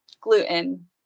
gluten